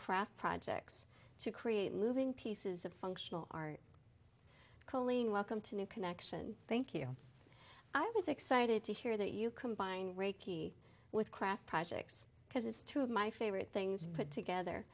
craft projects to create moving pieces of functional our coaling welcome to new connection thank you i was excited to hear that you combine reiki with craft projects because it's two of my favorite things put together